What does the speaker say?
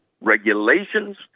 regulations